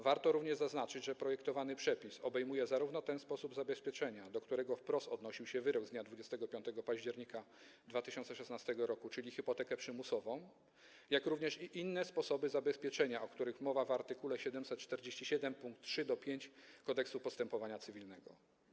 Warto również zaznaczyć, że projektowany przepis obejmuje zarówno ten sposób zabezpieczenia, do którego wprost odnosił się wyrok z dnia 25 października 2016 r., czyli hipotekę przymusową, jak i inne sposoby zabezpieczenia, o których mowa w art. 747 pkt 3–5 Kodeksu postępowania cywilnego.